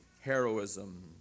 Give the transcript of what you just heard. heroism